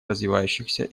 развивающихся